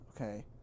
Okay